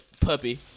puppy